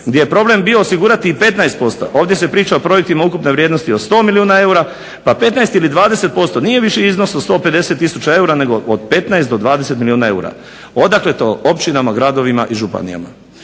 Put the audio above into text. gdje je problem bio osigurati i 15%, ovdje se priča o projektima ukupne vrijednosti od 100 milijuna eura, pa 15 ili 20% nije više iznos od 150 tisuća eura nego od 15 do 20 milijuna eura. Odakle to općinama, gradovima i županijama.